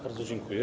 Bardzo dziękuję.